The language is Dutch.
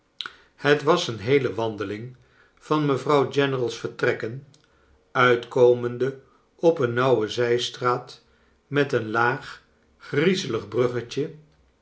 het was een heele wandering van mevrouw general's vertrekken uitkomende op een nauwe zijstraat met een laag griezelig bruggetje